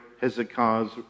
Hezekiah's